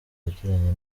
yagiranye